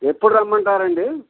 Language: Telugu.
ఎప్పుడు రమ్మంటారండి